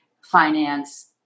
finance